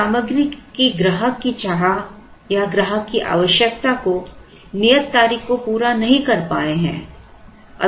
हम सामग्री की ग्राहक की चाह या ग्राहक की आवश्यकता को नियत तारीख को पूरा नहीं कर पाए हैं